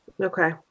Okay